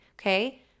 okay